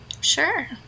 Sure